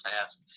task